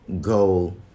go